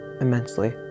immensely